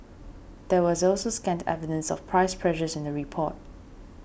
there was also scant evidence of price pressures in the report